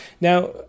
now